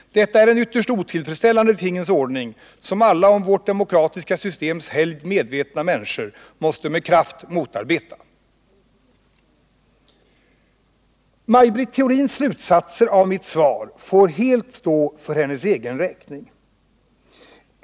Detta är en ytterst otillfredsställande tingens ordning som alla om vårt demokratiska systems helgd medvetna människor måste med kraft motarbeta. 1 tets inverkan på vissa försvarskostnader Maj Britt Theorins slutsatser av mitt svar får helt stå för hennes egen räkning.